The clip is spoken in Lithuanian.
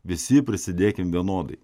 visi prisidėkim vienodai